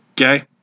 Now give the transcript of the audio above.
Okay